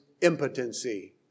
impotency